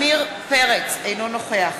אינו נוכח